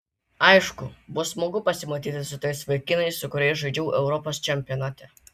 aišku bus smagu pasimatyti su tais vaikinais su kuriais žaidžiau europos čempionate